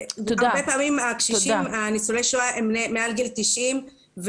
הרבה פעמים ניצולי השואה הם מעל גיל תשעים,